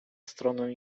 stronę